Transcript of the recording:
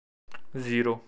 zero